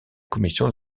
commission